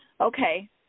Okay